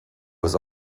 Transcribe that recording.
was